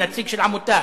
נציג של עמותה,